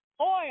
oil